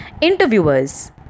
Interviewers